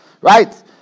Right